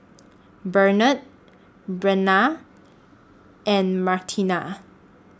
Benard Brennan and Martina